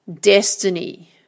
destiny